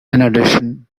addition